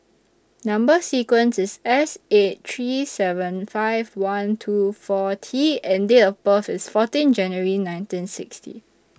Number sequence IS S eight three seven five one two four T and Date of birth IS fourteen January nineteen sixty